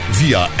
via